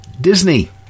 Disney